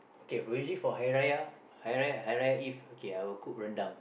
okay usually for Hari-Raya Hari-Raya eve I will cook rendang